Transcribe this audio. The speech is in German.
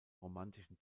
romantischen